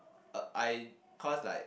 uh I cause like